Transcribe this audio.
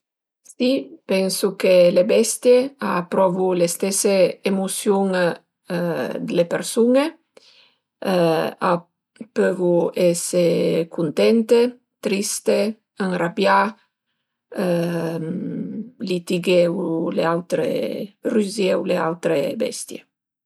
Mi pensu che le bestie a prövu le stese emusiun d'le persun-e, a pövu esi cuntente, triste, ënrabià litighé u le autre rüzié u le autre bestie